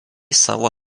savo